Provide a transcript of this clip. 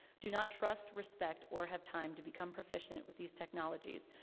do not trust, respect, or have time to become proficient with these technologies,